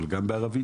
גם בערבית?